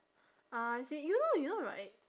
ah I see you know you know right